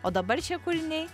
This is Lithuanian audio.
o dabar šie kūriniai